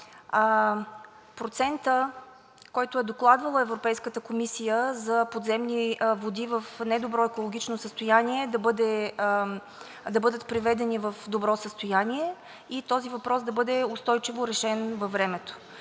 процентът, който е докладвала Европейската комисия, за подземни води в недобро екологично състояние да бъдат приведени в добро състояние и този въпрос да бъде устойчиво решен във времето.